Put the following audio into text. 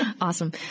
Awesome